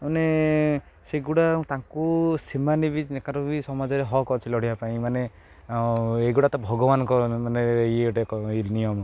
ମାନେ ସେଗୁଡ଼ା ତାଙ୍କୁ ସେମାନଙ୍କର ବି ସମାଜରେ ହକ ଅଛି ଲଢ଼ିବା ପାଇଁ ମାନେ ଏଇଗୁଡ଼ା ତ ଭଗବାନଙ୍କ ମାନେ ଇଏ ଗୋଟେ ଏଇ ନିୟମ